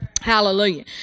Hallelujah